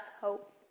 hope